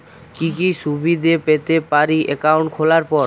কি কি সুবিধে পেতে পারি একাউন্ট খোলার পর?